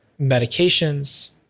medications